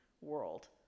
world